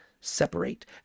separate